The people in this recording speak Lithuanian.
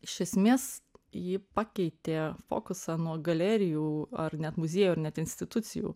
iš esmės ji pakeitė fokusą nuo galerijų ar net muziejų ir net institucijų